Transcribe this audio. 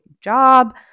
job